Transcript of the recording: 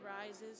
rises